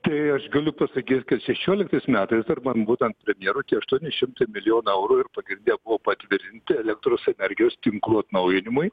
tai aš galiu pasakyt kad šešioliktais metais dar man būnant premjeru tie aštuoni šimtai milijonų eurų ir pagrinde buvo patvirtinti elektros energijos tinklų atnaujinimui